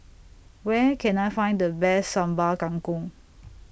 Where Can I Find The Best Sambal Kangkong